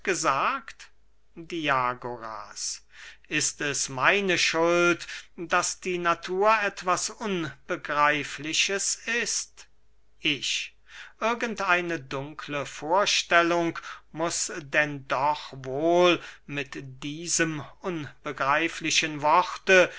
gesagt diagoras ist es meine schuld daß die natur etwas unbegreifliches ist ich irgend eine dunkle vorstellung muß denn doch wohl mit diesem unbegreiflichen worte